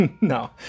No